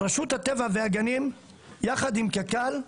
רשות הטבע והגנים יחד עם קק"ל,